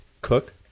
cook